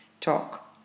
talk